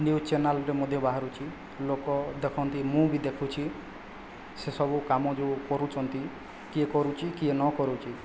news ଚ୍ୟାନେଲରେ ମଧ୍ୟ ବାହାରୁଛି ଲୋକ ଦେଖନ୍ତି ମୁଁ ବି ଦେଖୁଛି ସେ ସବୁ କାମ ଯେଉଁ କରୁଛନ୍ତି କିଏ କରୁଛି କିଏ ନ କରୁଛି